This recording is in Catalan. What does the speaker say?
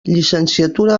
llicenciatura